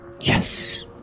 Yes